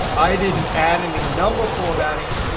i didn't add any number formatting,